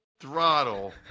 throttle